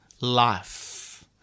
life